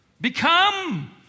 Become